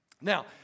Now